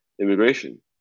immigration